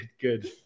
good